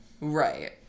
Right